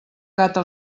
gata